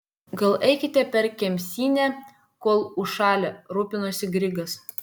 gal eikit per kemsynę kol užšalę rūpinosi grigas